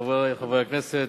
חברי חברי הכנסת,